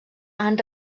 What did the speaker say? han